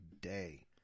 Day